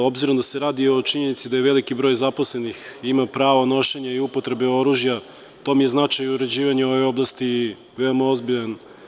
Obzirom da se radi o činjenici da je veliki broj zaposlenih ima pravo nošenja i upotrebe oružja, u tome je i značaj uređivanja ove oblasti veoma ozbiljan.